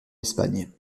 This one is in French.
espagne